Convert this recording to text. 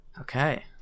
okay